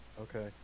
Okay